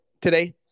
today